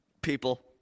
People